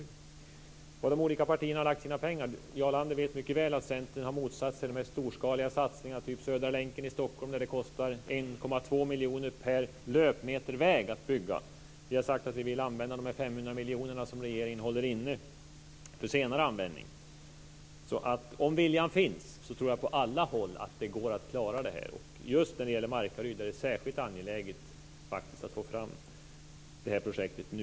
När det gäller var de olika partierna har lagt sina pengar vet Jarl Lander mycket väl att Centern har motsatt sig de här storskaliga satsningarna typ Södra länken i Stockholm där det kostar 1,2 miljoner kronor per löpmeter väg att bygga. Vi har sagt att vi vill använda de 500 miljoner kronorna som regeringen håller inne för senare användning. Om viljan finns tror jag att det går att klara det här på alla håll. Just i Markaryd är det faktiskt särskilt angeläget att få fram det här projektet nu.